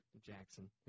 Jackson